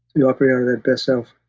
you operate under that best self,